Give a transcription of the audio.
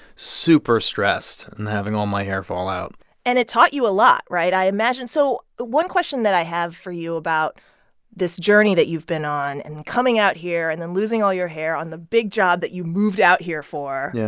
super stressed and having all my hair fall out and it taught you a lot right? i imagine. so one question that i have for you about this journey that you've been on and coming out here and then losing all your hair on the big job that you moved out here for. yeah.